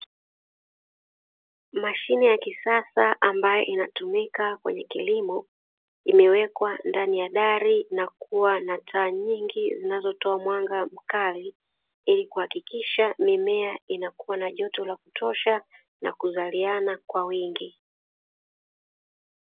Mashine ya kisasa ambayo inatumika kwenye kilimo imewekwa ndani ya dari na kuwa na taa nyingi zinazotoa mwanga mkali ili kuhakikisha mimea inakuwa na joto la kutosha na kuzaliana kwa wingi.